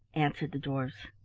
answered the dwarfs.